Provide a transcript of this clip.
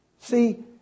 See